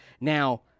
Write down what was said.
Now